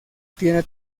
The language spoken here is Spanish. tiene